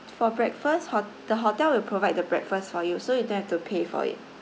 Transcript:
for breakfast hot~ the hotel will provide the breakfast for you so you don't have to pay for it